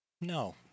No